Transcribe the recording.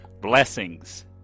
Blessings